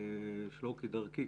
שלא כדרכי,